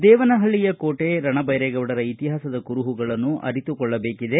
ದೇವನಹಳ್ಳಿಯ ಕೋಟೆ ರಣದ್ವೆರೇಗೌಡರ ಇತಿಹಾಸದ ಕುರುಹುಗಳನ್ನು ಅರಿತುಕೊಳ್ಳಬೇಕಿದೆ